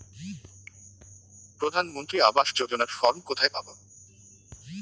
প্রধান মন্ত্রী আবাস যোজনার ফর্ম কোথায় পাব?